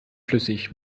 flüssig